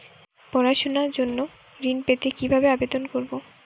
পড়াশুনা জন্য ঋণ পেতে কিভাবে আবেদন করব?